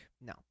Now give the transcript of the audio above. no